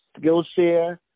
Skillshare